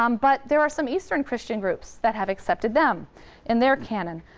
um but there are some eastern christian groups that have accepted them in their canon.